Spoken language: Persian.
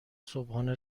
صبحانه